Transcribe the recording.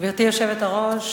גברתי היושבת-ראש,